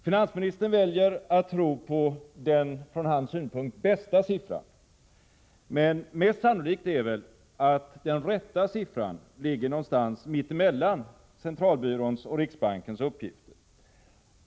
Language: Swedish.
Finansministern väljer att tro på den från hans synpunkt bästa siffran, men mest sannolikt är väl att den rätta siffran ligger någonstans mitt emellan centralbyråns och riksbankens uppgifter.